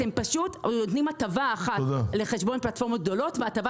אתם פשוט נותנים הטבה אחת לחשבון פלטפורמות גדולות והטבה